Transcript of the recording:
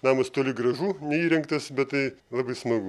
namas toli gražu neįrengtas bet tai labai smagu